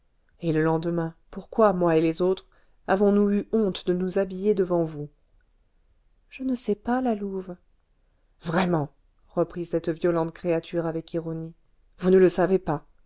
et le lendemain pourquoi moi et les autres avons-nous eu honte de nous habiller devant vous je ne sais pas la louve vraiment reprit cette violente créature avec ironie vous ne le savez pas